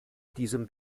diesem